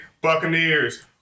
Buccaneers